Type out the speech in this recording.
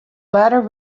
ladder